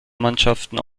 mannschaften